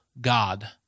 God